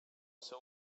seu